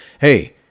hey